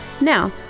Now